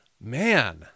Man